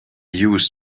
used